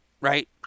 right